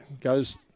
goes